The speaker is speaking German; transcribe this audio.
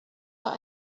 bei